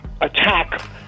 attack